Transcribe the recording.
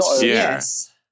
Yes